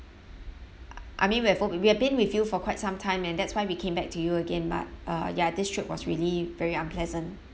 I mean we have bo~ we've been with you for quite some time and that's why we came back to you again but uh ya this trip was really very unpleasant